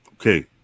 okay